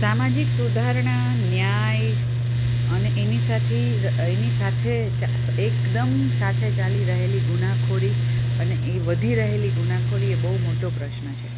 સામાજિક સુધારણા ન્યાય અને એને સાથી એની સાથે એકદમ સાથે ચાલી રહેલી ગુનાખોરી અને એ વધી રહેલી ગુનાખોરી એ બહુ મોટો પ્રશ્ન છે